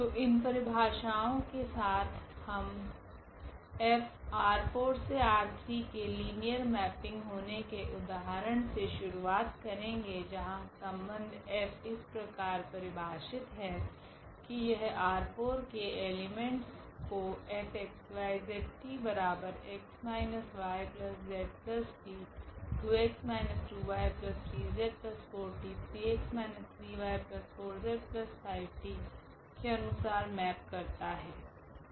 तो इन परिभाषाओं के साथ हम 𝐹ℝ4→ℝ3 के लीनियर मेपिंग होने के उदाहरण से शुरुआत करेगे जहां संबंध F इस प्रकार परिभाषित है की यह R4 के एलीमेंट्स को F𝑥 𝑦 𝑧 𝑡 𝑥 − 𝑦 𝑧 𝑡 2𝑥 − 2𝑦 3𝑧 4𝑡 3𝑥 − 3𝑦 4𝑧 5𝑡 के अनुसार मैप करता है